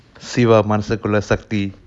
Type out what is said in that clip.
சிவாமனசுக்குள்ளசக்தி:siva masukulla sakthi